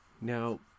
Now